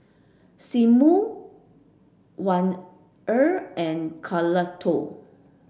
Sigmund and Carlotta